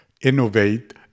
innovate